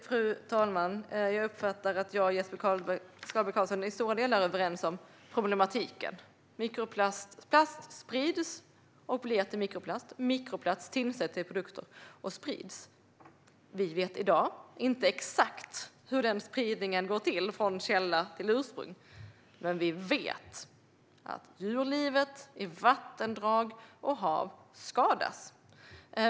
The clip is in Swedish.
Fru talman! Jag uppfattar att jag och Jesper Skalberg Karlsson i stora delar är överens om problematiken. Plast sprids och blir till mikroplast. Mikroplast tillsätts i produkter och sprids. Vi vet i dag inte exakt hur den spridningen går till från ursprungskällan, men vi vet att djurlivet i vattendrag och hav skadas.